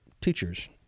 teachers